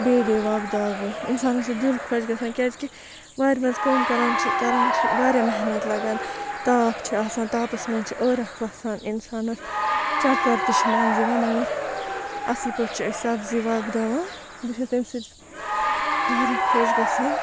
بیٚیہِ بیٚیہِ وۄبداو بہٕ اِنسانَس چھُ دِل خۄش گَژھان کیازِ کہِ وارِ مَنٛز کٲم کَران کَران چھِ واریاہ محنَت لَگان تاپھ چھُ آسان تاپَس مَنٛز چھُ ٲرَکھ وَسان اِنسانَس چَکَر تہِ چھُ مَنٛزٕ یِوان مَگَر اَصل پٲٹھۍ چھِ أسۍ سَبزی وۄبداوان بہٕ چھَس تمہِ سۭتۍ واریاہ خۄش گَژھان